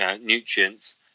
nutrients